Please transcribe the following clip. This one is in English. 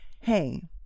Hey